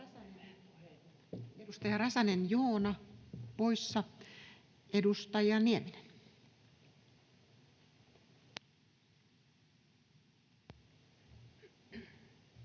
Edustaja Räsänen, Joona, poissa. — Edustaja Nieminen.